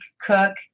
cook